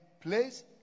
place